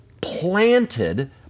planted